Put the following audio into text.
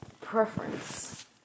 Preference